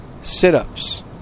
sit-ups